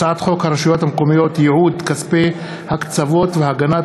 הצעת חוק הרשויות המקומיות (ייעוד כספי הקצבות והגנת